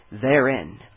therein